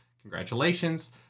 Congratulations